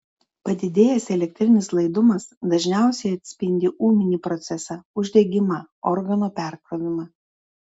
padidėjęs elektrinis laidumas dažniausiai atspindi ūminį procesą uždegimą organo perkrovimą